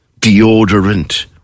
deodorant